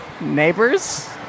neighbors